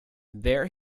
there